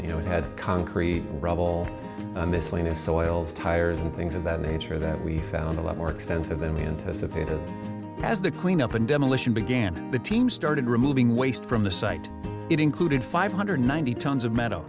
you know it had concrete rubble mislead us soils tires and things of that nature that we found a lot more extensive than we anticipated as the cleanup and demolition began the team started removing waste from the site it included five hundred ninety tons of metal